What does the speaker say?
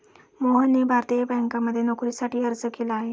मोहनने भारतीय बँकांमध्ये नोकरीसाठी अर्ज केला आहे